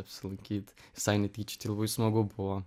apsilankyti visai netyčia tai labai smagu buvo